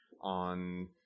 on